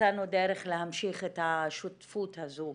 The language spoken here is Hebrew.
מצאנו דרך להמשיך את השותפות הזו.